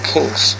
Kings